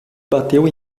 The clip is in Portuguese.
bateu